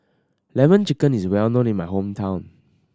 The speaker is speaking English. Lemon Chicken is well known in my hometown